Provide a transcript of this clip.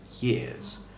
years